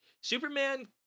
Superman